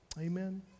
Amen